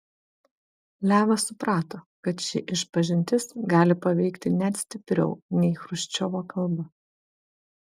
levas suprato kad ši išpažintis gali paveikti net stipriau nei chruščiovo kalba